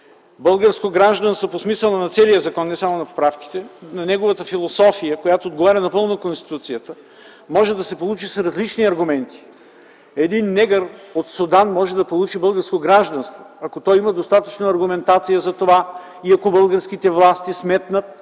Българско гражданство по смисъла на целия закон, не само на поправките, а на неговата философия, отговаряща напълно на Конституцията, може да се получи с различни аргументи. Един негър от Судан може да получи българско гражданство, ако има достатъчно аргументация затова и ако българските власти сметнат,